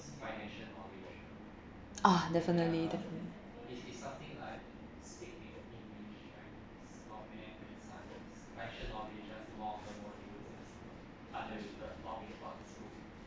ah definitely definitely